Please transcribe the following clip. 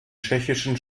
tschechischen